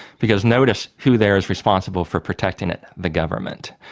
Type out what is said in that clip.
because notice who there's responsible for protecting it the government.